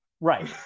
Right